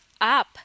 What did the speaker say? up